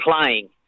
playing